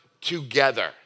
together